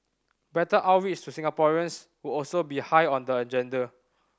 better outreach to Singaporeans would also be high on the agenda